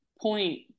point